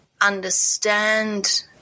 understand